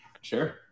Sure